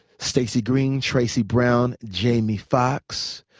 stacy green, tracy brown, jamie foxx.